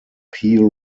peel